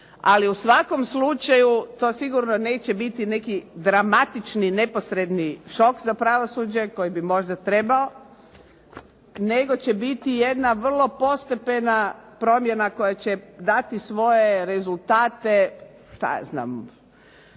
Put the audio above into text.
Ali u svakom slučaju to sigurno neće biti neki dramatični neposredni šok za pravosuđe koji bi možda trebao, nego će biti jedna vrlo postepena promjena koja će dati svoje rezultate, šta ja znam,